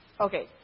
Okay